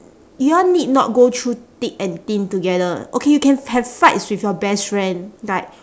y'all need not go through thick and thin together okay you can have fights with your best friend like